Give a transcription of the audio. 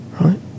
Right